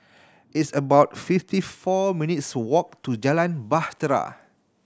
it's about fifty four minutes' walk to Jalan Bahtera